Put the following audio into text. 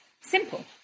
simple